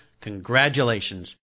congratulations